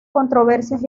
controversias